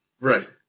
Right